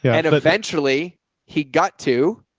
yeah and eventually he got to.